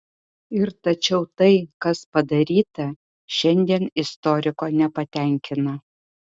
ir tačiau tai kas padaryta šiandien istoriko nepatenkina